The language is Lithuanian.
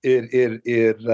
ir ir ir